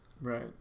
Right